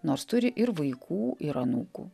nors turi ir vaikų ir anūkų